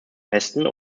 festen